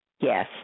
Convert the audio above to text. yes